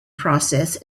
process